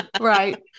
Right